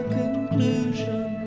conclusion